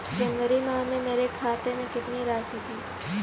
जनवरी माह में मेरे खाते में कितनी राशि थी?